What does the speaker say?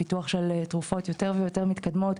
פיתוח של תרופות יותר ויותר מתקדמות,